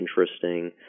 interesting